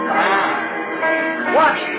Watch